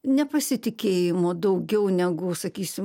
nepasitikėjimo daugiau negu sakysim